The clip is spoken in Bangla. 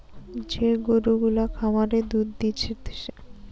যে গরু গুলা খামারে দুধ দিতেছে তাদের ঠিক করে রাখতে হয়